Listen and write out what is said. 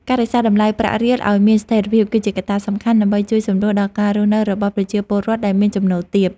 ការរក្សាតម្លៃប្រាក់រៀលឱ្យមានស្ថិរភាព គឺជាកត្តាសំខាន់ដើម្បីជួយសម្រួលដល់ការរស់នៅរបស់ប្រជាពលរដ្ឋដែលមានចំណូលទាប។